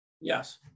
Yes